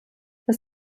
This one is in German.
das